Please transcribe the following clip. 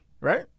right